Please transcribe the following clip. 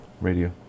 Radio